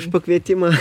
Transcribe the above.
už pakvietimą